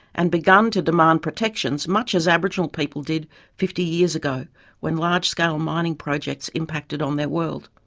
and begun to demand protections much as aboriginal people did fifty years ago when large scale mining projects impacted on their world.